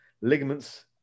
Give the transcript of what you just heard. Ligaments